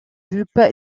jupe